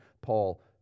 Paul